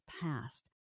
past